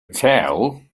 tell